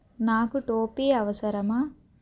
నాకు టోపీ అవసరమా